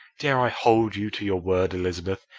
dare i hold you to your word, elizabeth?